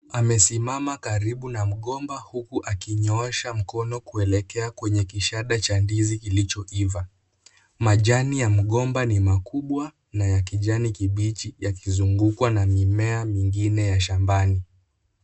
Amesimama karibu na mgomba huku akinyoosha mkono kuelekea kwenye kishada cha ndizi kilichoiva. Majani ya mgomba ni makubwa na ya kijani kibichi, yakizungukwa na mimea mingine ya shambani.